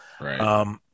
Right